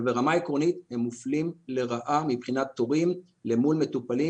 ברמה העקרונית הם מופלים לרעה מבחינת תורים למול מטופלים